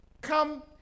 Come